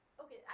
okay